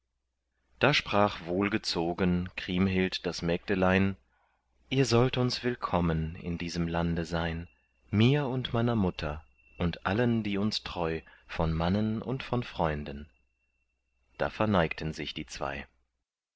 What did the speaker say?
da sprach wohlgezogen kriemhild das mägdelein ihr sollt uns willkommen in diesem lande sein mir und meiner mutter und allen die uns treu von mannen und von freunden da verneigten sich die zwei